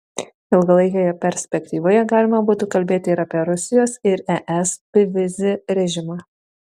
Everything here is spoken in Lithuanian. ilgalaikėje perspektyvoje galima būtų kalbėti ir apie rusijos ir es bevizį režimą